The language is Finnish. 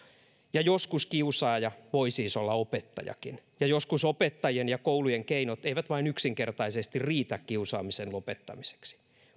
joskus kiusaaja voi siis olla opettajakin ja joskus opettajien ja koulujen keinot eivät vain yksinkertaisesti riitä kiusaamisen lopettamiseksi